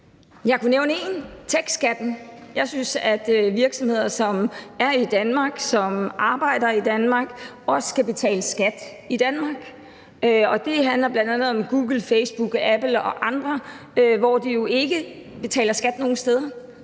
Jeg kunne nævne én: techskatten. Jeg synes, at virksomheder, som er i Danmark, og som arbejder i Danmark, også skal betale skat i Danmark, og det handler bl.a. om Google, Facebook, Apple og andre, som ikke betaler skat nogen steder.